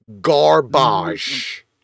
garbage